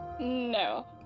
No